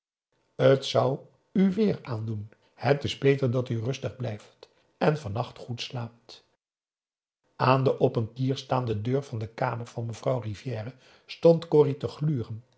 t zou u weêr aandoen het is beter dat u rustig blijft en vannacht goed slaapt aan de op een kier staande deur van de kamer van mevrouw rivière stond corrie te gluren